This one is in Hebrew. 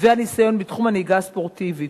והניסיון בתחום הנהיגה הספורטיבית,